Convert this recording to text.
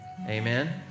Amen